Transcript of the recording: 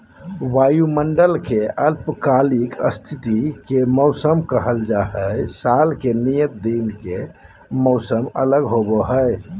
वायुमंडल के अल्पकालिक स्थिति के मौसम कहल जा हई, साल के नियत दिन के मौसम अलग होव हई